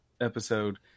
episode